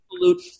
absolute